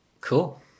cool